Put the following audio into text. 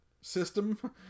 system